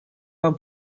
вам